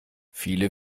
viele